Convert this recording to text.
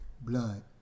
blood